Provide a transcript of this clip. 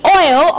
oil